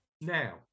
Now